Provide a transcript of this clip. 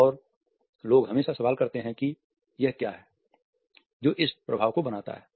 और लोग हमेशा सवाल करते हैं कि यह क्या है जो इस प्रभाव को बनाता है